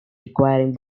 requiring